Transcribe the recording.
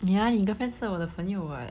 ya 你 girlfriend 是我的朋友 what